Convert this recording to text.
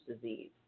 disease